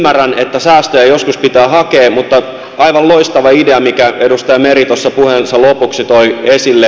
ymmärrän että säästöjä joskus pitää hakea mutta aivan loistava idea minkä edustaja meri tuossa puheensa lopuksi toi esille